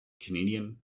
Canadian